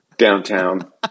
Downtown